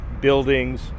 buildings